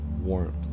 warmth